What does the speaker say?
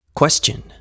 Question